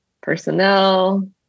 personnel